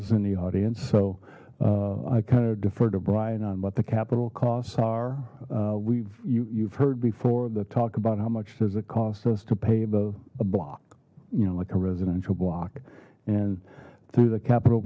is in the audience so i kind of defer to brian on what the capital costs are we've you've heard before the talk about how much does it cost us to pay the a block you know like a residential block and through the capital